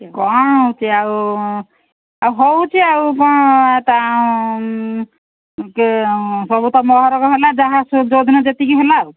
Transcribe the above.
କ'ଣ ହେଉଛି ଆଉ ଆଉ ହେଉଛି ଆଉ କ'ଣ ତା' ସବୁ ତ ମହରକ ହେଲା ଯାହା ଯେଉଁଦିନ ଯେତିକି ହେଲା ଆଉ